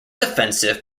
offensive